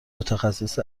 متخصص